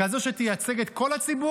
כזאת שתייצג את כל הציבור,